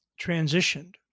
transitioned